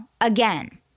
again